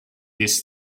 this